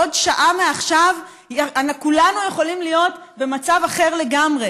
בעוד שעה מעכשיו כולנו יכולים להיות במצב אחר לגמרי,